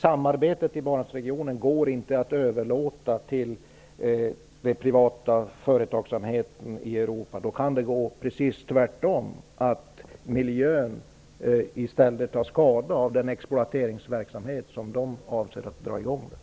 Samarbetet i Barentsregionen går inte att överlåta till den privata företagsamheten i Europa. Då kan det bli precis tvärtom - att miljön i stället tar skada av den exploateringsverksamhet som de avser att dra i gång där.